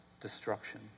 destruction